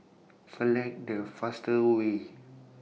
Select The fastest Way